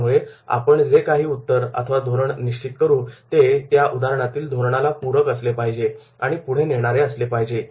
त्यामुळे आपण जे काही उत्तर अथवा धोरण निश्चित करू ते या विशिष्ट धोरणाला पूरक असले पाहिजे व पुढे नेणारे असले पाहिजे